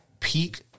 peak